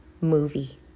movie